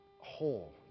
whole